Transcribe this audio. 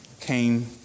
came